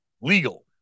legal